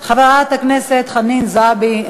חברת הכנסת חנין זועבי,